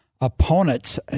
Opponent's